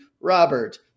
Robert